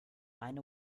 eine